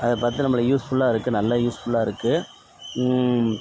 அதைப் பார்த்து நம்மளை யூஸ்ஃபுல்லாக இருக்குது நல்ல யூஸ்ஃபுல்லாக இருக்குது